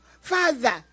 Father